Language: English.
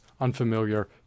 unfamiliar